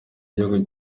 gihugu